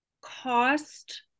cost